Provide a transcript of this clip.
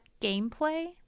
gameplay